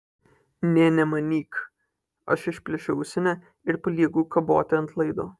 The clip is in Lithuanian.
nė nemanyk aš išplėšiu ausinę ir palieku kaboti ant laido